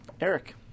Eric